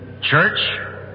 church